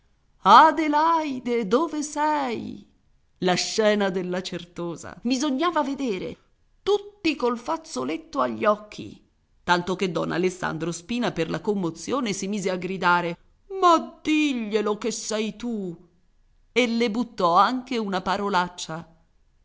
adelaide dove sei la scena della certosa bisognava vedere tutti col fazzoletto agli occhi tanto che don alessandro spina per la commozione si mise a gridare ma diglielo che sei tu e le buttò anche una parolaccia